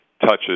touches